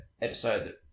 episode